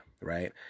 right